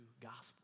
gospel